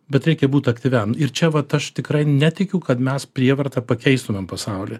bet reikia būt aktyviam ir čia vat aš tikrai netikiu kad mes prievarta pakeistumėm pasaulį